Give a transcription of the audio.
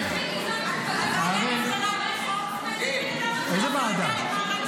הכול נעשה על פי חוק --- איזו ועדה?